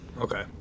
Okay